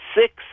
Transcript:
six